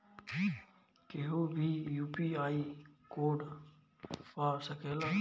केहू भी UPI code पा सकेला?